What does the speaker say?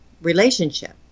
relationship